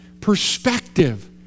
perspective